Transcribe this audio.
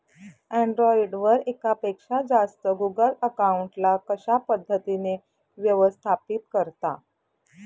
Android वर एकापेक्षा जास्त गुगल अकाउंट ला कशा पद्धतीने व्यवस्थापित करता?